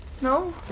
No